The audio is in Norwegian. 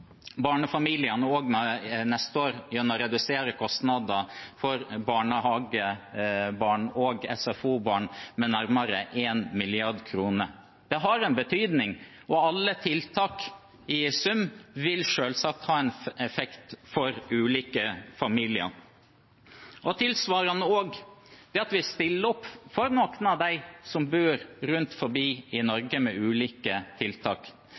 barnefamiliene neste år gjennom å redusere kostnader for barnehagebarn og SFO-barn med nærmere 1 mrd. kr. Det har en betydning, og alle tiltak i sum vil selvsagt ha en effekt for de ulike familiene. Tilsvarende stiller vi opp med ulike tiltak for noen av dem som bor rundt forbi i